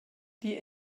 die